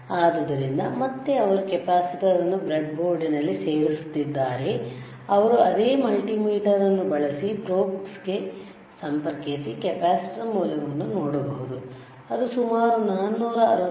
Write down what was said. ಆದ್ದರಿಂದ ಮತ್ತೆ ಅವರು ಕೆಪಾಸಿಟರ್ ಅನ್ನು ಬ್ರೆಡ್ಬೋರ್ಡ್ನಲ್ಲಿ ಸೇರಿಸುತ್ತಿದ್ದಾರೆ ಅವರು ಅದೇ ಮಲ್ಟಿಮೀಟರ್ ಅನ್ನು ಬಳಸಿ ಪ್ರೋಬ್ಸ್ ಗೆ ಸಂಪರ್ಕಿಸಿ ಕೆಪಾಸಿಟರ್ ಮೌಲ್ಯವನ್ನು ನೋಡಬಹುದು ಅದು ಸುಮಾರು 464